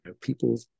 people